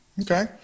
Okay